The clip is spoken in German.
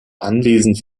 anlesen